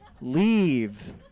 Leave